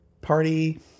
party